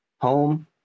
home